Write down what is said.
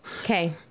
Okay